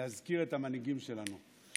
להזכיר את המנהיגים שלנו.